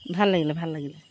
ভাল লাগিলে ভাল লাগিলে